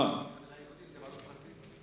אצל היהודים זה בעלות פרטית?